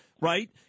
right